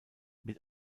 mit